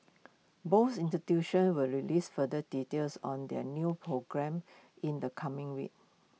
both institutions will release further details on their new programmes in the coming week